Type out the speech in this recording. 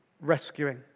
rescuing